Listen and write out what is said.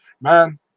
man